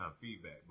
feedback